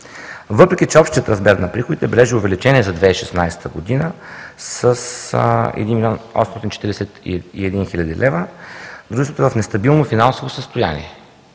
Въпреки че общият размер на приходи бележи увеличение за 2016 г. с 1 млн. 841 хил. лв., дружеството е в нестабилно финансово състояние.